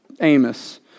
Amos